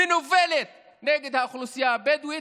מנוולת, נגד האוכלוסייה הבדואית,